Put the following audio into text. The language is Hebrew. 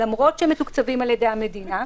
למרות שהם מתוקצבים על ידי המדינה,